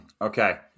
Okay